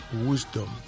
wisdom